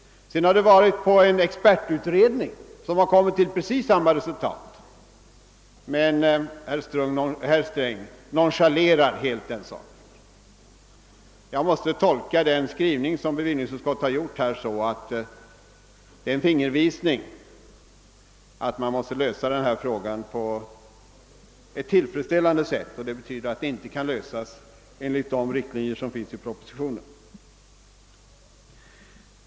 Sedan har saken varit uppe till diskussion i en expertutredning, som kommit till precis samma resultat. Men herr Sträng nonchalerar helt den saken. Jag måste tolka bevillningsutskottets skrivning på denna punkt som en fingervisning om att man måste försöka lösa denna fråga på ett tillfredsställande sätt. Det betyder att den inte kan lösas enligt de riktlinjer som finns i propositionen.